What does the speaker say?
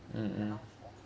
mmhmm